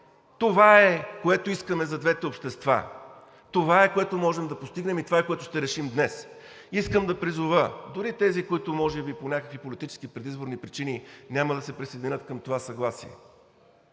Това е, което искаме за двете общества, това е, което можем да постигнем, и това е, което ще решим днес. Искам да призова дори тези, които може би по някакви политически, предизборни причини няма да се присъединят към това съгласие: